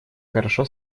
хорошо